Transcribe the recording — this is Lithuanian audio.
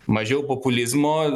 mažiau populizmo